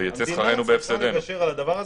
המדינה צריכה להתפשר על הדבר הזה.